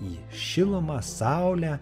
į šilumą saulę